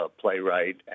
playwright